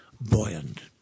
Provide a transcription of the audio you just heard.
buoyant